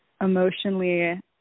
emotionally